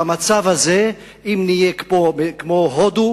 במצב הזה, אם נהיה כמו הודו,